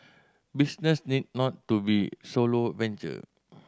business need not to be solo venture